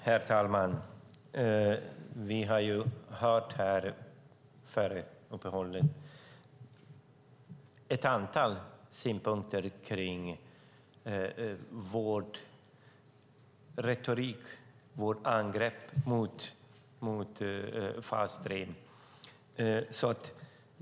Herr talman! Vi kunde före uppehållet höra ett antal synpunkter om vår retorik, om vårt angrepp mot fas 3.